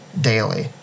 daily